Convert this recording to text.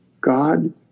God